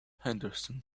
henderson